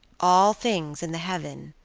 all things in the heaven,